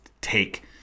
take